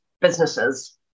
businesses